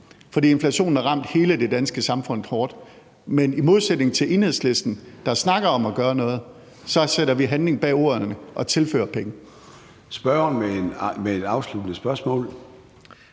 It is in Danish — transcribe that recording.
for inflationen har ramt hele det danske samfund hårdt. Men i modsætning til Enhedslisten, der snakker om at gøre noget, så sætter vi handling bag ordene og tilfører penge.